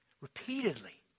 Repeatedly